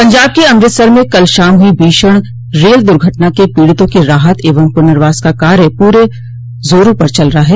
पंजाब के अमृतसर में कल शाम हुई भीषण रेल दुर्घटना के पीड़ितों की राहत एवं पुनर्वास का कार्य पूरे जोरों पर चल रहा है